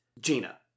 Gina